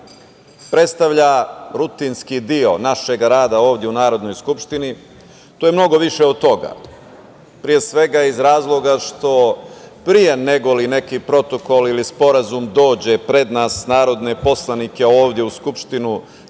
predstavlja rutinski deo našeg rada ovde u Narodnoj skupštini. To je mnogo više od toga. Pre svega, iz razloga što pre nego li neki protokol ili sporazum dođe pred nas, narodne poslanike, ovde u Skupštinu